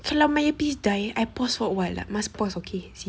kalau my earpiece die I pause for a while lah must pause okay sis